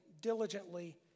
diligently